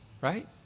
right